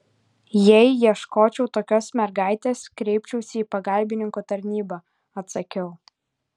jei ieškočiau tokios mergaitės kreipčiausi į pagalbininkų tarnybą atsakiau